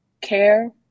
care